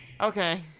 Okay